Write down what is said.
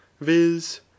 viz